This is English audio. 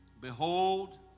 behold